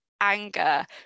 anger